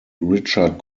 richard